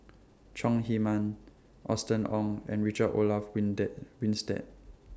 Chong Heman Austen Ong and Richard Olaf when Day Winstedt